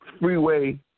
Freeway